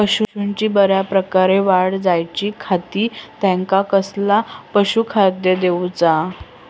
पशूंची बऱ्या प्रकारे वाढ जायच्या खाती त्यांका कसला पशुखाद्य दिऊचा?